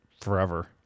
forever